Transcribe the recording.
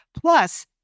Plus